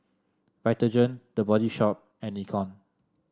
Vitagen The Body Shop and Nikon